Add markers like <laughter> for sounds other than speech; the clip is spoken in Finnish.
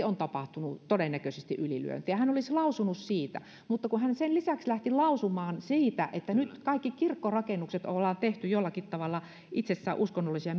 <unintelligible> on tapahtunut todennäköisesti ylilyönti ja hän olisi lausunut siitä mutta kun hän sen lisäksi lähti lausumaan siitä että nyt kaikki kirkkorakennukset ollaan tehty jollakin tavalla itsessään uskonnollisia <unintelligible>